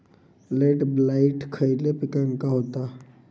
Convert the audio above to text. Late blight खयले पिकांका होता?